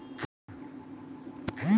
हमरो के चार हजार मासिक लोन मिल सके छे?